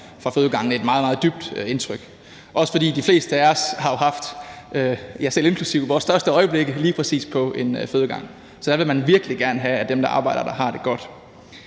fra fødegangen, også fordi de fleste af os – jeg selv inklusive – jo har haft vores største øjeblikke på lige præcis en fødegang. Så der vil man virkelig gerne have, at dem, der arbejder der, har det godt.